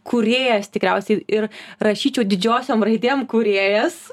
kūrėjas tikriausiai ir rašyčiau didžiosiom raidėm kūrėjas